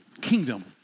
Kingdom